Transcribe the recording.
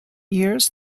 years